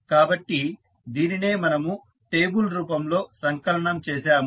కాబట్టి దీనినే మనము టేబుల్ రూపంలో సంకలనం చేసాము